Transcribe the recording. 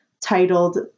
titled